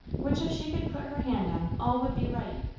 which if she could put her hand on, all would be right.